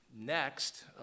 next